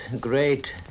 great